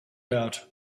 out